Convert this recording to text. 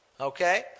okay